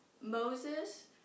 Moses